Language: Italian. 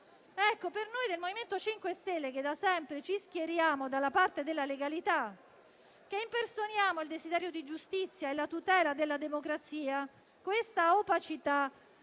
Ecco per noi del MoVimento 5 Stelle, che da sempre ci schieriamo dalla parte della legalità, che impersoniamo il desiderio di giustizia e la tutela della democrazia, questa opacità